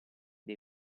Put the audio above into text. dei